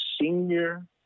senior